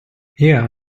yeah